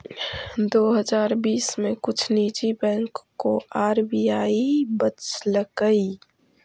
दो हजार बीस में कुछ निजी बैंकों को आर.बी.आई बचलकइ